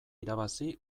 irabazi